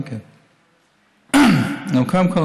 קודם כול,